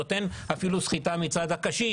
נותן אפילו סחיטה מצד הקשיש.